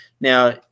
Now